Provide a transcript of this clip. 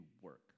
work